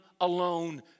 alone